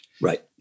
Right